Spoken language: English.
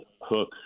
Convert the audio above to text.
hook